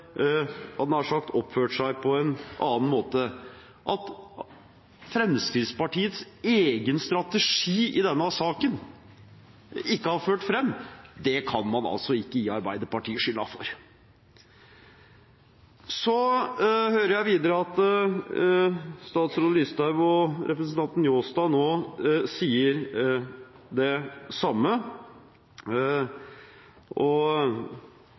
sagt – hadde oppført seg på en annen måte. At Fremskrittspartiets egen strategi i denne saken ikke har ført fram, kan man altså ikke gi Arbeiderpartiet skylden for. Jeg hørte videre at statsråd Listhaug og representanten Njåstad sier det samme nå. Njåstad har riktignok nå bekreftet – og